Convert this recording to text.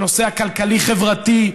בנושא הכלכלי-חברתי,